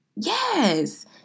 yes